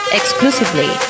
exclusively